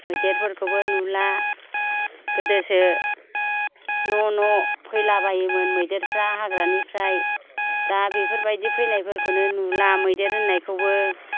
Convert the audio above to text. मैदेरफोरखौबो नुला गोदोसो न' न' फैलाबायोमोन मैदेरफ्रा हाग्रानिफ्राय दा बेफोरबायदि फैनायफोरखौनो नुला मैदेर होननायखौबो